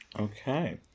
okay